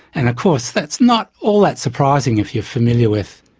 and of course that's not all that surprising if you're familiar with